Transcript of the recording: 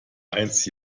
eins